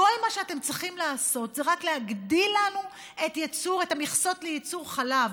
כל מה שאתם צריכים לעשות זה רק להגדיל לנו את המכסות לייצור חלב,